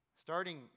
Starting